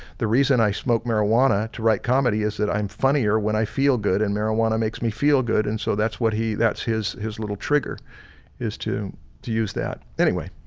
the reason i smoke marijuana to write comedy is that i'm funnier when i feel good and marijuana makes me feel good, and so that's what he that's his his little trigger is to to use that. anyway,